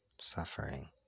suffering